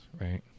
right